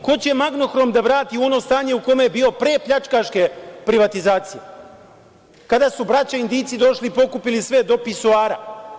Ko će „Magnohrom“ da vrati u ono stanje u kom je bio pre pljačkaške privatizacije kada su braća Indijci došli i pokupili sve, do pisoara?